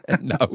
No